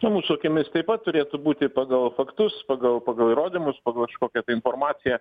na mūsų akimis taip pat turėtų būti pagal faktus pagal pagal įrodymus pagal kažkokią tai informaciją